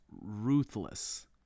ruthless